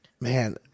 man